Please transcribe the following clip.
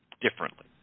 differently